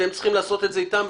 אתם צריכים לעשות את זה איתם.